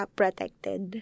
protected